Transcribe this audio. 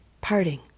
parting